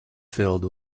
filled